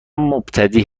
مبتدی